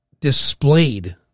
displayed